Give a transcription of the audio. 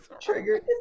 Triggered